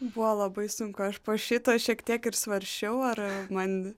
buvo labai sunku aš po šito šiek tiek ir svarsčiau ar man